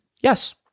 Yes